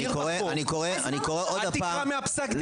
אני קורא עוד הפעם --- אל תקרא מפסק הדין.